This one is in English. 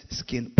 skin